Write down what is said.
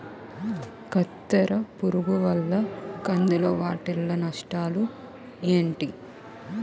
కత్తెర పురుగు వల్ల కంది లో వాటిల్ల నష్టాలు ఏంటి